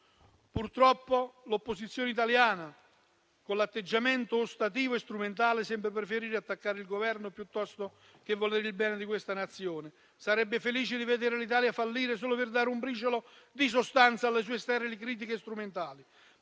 Purtroppo l'opposizione italiana, con l'atteggiamento ostativo e strumentale, sembra preferire attaccare il Governo piuttosto che volere il bene della Nazione: sarebbe felice di vedere l'Italia fallire solo per dare un briciolo di sostanza alle sue esterne critiche strumentali.